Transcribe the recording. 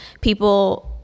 people